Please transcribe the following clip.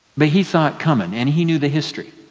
but he saw it coming and he knew the history.